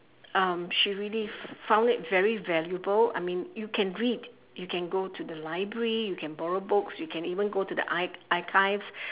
um she really found it very valuable I mean you can read you can go to the library you can borrow books you can even go to the ar~ archives